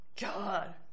God